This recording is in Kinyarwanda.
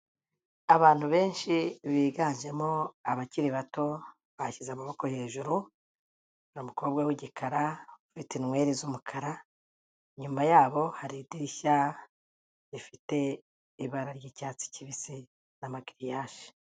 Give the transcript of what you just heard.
Abantu benshi biganjemo aba kiri bato bashyize amaboko hejuru, ni umukobwa w'igikara, ufite inweri z'umukara, inyuma yabo hari idirishya rifite ibara ry'icyatsi kibisi n'amagiriyaje.